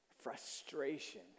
frustration